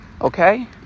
okay